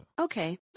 okay